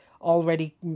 already